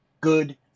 good